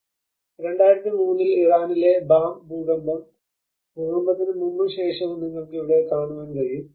2003 ൽ ഇറാനിലെ ബാം ഭൂകമ്പം ഭൂകമ്പത്തിന് മുമ്പും ശേഷവും നിങ്ങൾക്ക് ഇവിടെ കാണാൻ കഴിയും